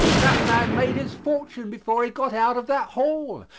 that man made his fortune before he got out of that hall.